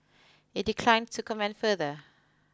it declined to comment further